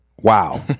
wow